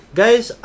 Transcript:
guys